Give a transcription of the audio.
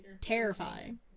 Terrifying